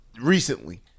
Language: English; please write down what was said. recently